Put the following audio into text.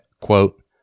quote